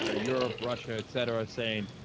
ah europe russia et cetera saying